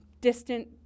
distant